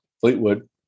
fleetwood